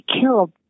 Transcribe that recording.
killed